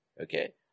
Okay